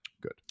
Good